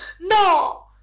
No